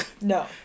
No